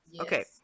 Okay